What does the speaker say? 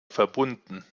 verbunden